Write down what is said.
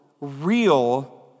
real